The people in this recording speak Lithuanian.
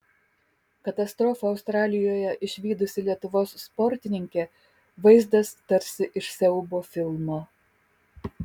katastrofą australijoje išvydusi lietuvos sportininkė vaizdas tarsi iš siaubo filmo